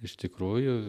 iš tikrųjų